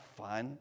fun